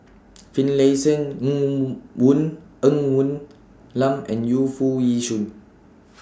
Finlayson Ng Woon Ng Woon Lam and Yu Foo Yee Shoon